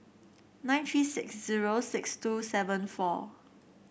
nine three six zero six two seven four